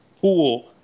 pool